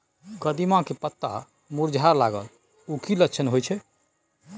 कदिम्मा के पत्ता मुरझाय लागल उ कि लक्षण होय छै?